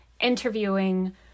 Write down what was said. interviewing